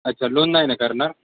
अच्छा लोन नाही ना करणार